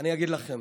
אני אגיד לכם: